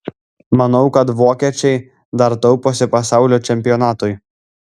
manau kad vokiečiai dar tauposi pasaulio čempionatui